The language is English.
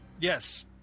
yes